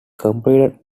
completed